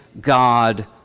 God